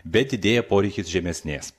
bet didėja poreikis žemesnės